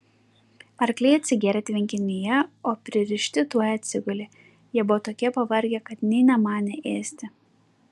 arkliai atsigėrė tvenkinyje o pririšti tuoj atsigulė jie buvo tokie pavargę kad nė nemanė ėsti